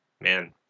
Man